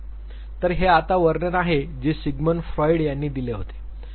तर हे आता वर्णन आहे जे सिगमंड फ्रायड यांनी दिले होते